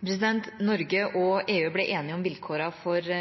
Norge og EU ble enige om vilkårene